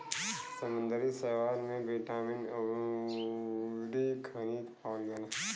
समुंदरी शैवाल में बिटामिन अउरी खनिज पावल जाला